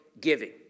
giving